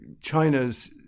China's